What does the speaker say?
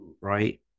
right